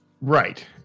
right